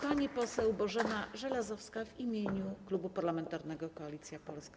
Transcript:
Pani poseł Bożena Żelazowska w imieniu Klubu Parlamentarnego Koalicja Polska.